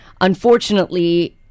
Unfortunately